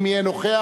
אם יהיה נוכח,